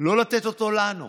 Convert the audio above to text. לא לתת אותו לנו.